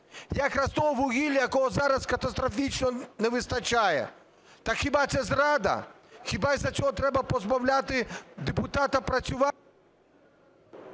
Якраз того вугілля, якого зараз катастрофічно не вистачає. Так хіба це зрада, хіба із-за цього треба позбавляти депутата працювати?...